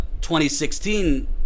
2016